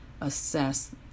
assess